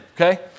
okay